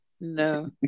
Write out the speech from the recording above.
No